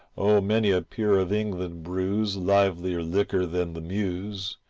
oh many a peer of england brews livelier liquor than the muse,